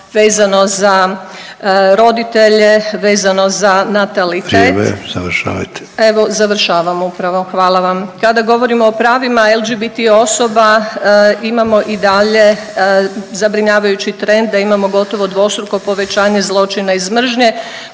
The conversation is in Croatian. vezano za roditelje, vezano za natalitet … .../Upadica: Vrijeme, završavajte./... Evo, završavam upravo, hvala vam. Kada govorimo o pravima LGBT osoba, imamo i dalje zabrinjavajući trend, da imamo gotovo dvostruko povećanje zločina iz mržnje